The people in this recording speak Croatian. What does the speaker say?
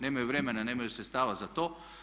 Nemaju vremena, nemaju sredstava za to.